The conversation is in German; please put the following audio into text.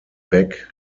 back